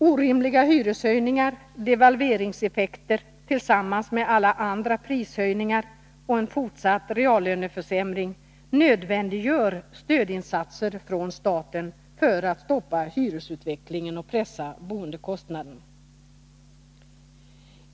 Orimliga hyreshöjningar, devalveringseffekter tillsammans med alla andra prishöjningar och en fortsatt reallöneförsämring nödvändiggör stödinsatser från staten för att stoppa hyresutvecklingen och pressa boendekostnaden.